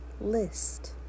List